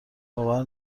باور